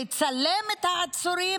לצלם את העצורים,